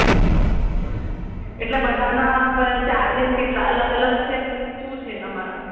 અંહં એટલે બધાના પ ચાર્જીસ કેટલા અલગ અલગ છે શું છે તમારા